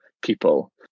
people